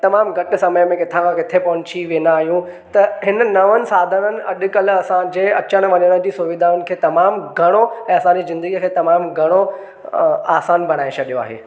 तमामु घटि समय में किथां खां किथे पहुची वेंदा आहियूं त हिननि नवनि साधननि अॼुकल्ह असांजे अचण वञण जी सुविधाऊं खे तमामु घणो ऐं असांजी ज़िन्दगीअ खे तमामु घणो आसान बणाए छॾियो आहे